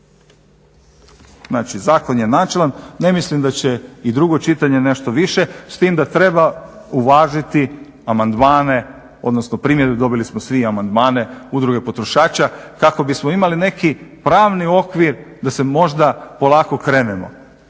Znači, zakon je načelan, ne mislim da će i drugo čitanje nešto više s tim da treba uvažiti amandmane, odnosno primjedbe, dobili smo svi i amandmane Udruge potrošača, kako bismo imali neki pravni okvir da se možda polako krene,